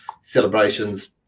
celebrations